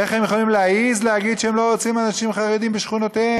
איך הם יכולים להעז להגיד שהם לא רוצים אנשים חרדים בשכונותיהם,